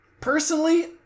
Personally